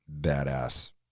badass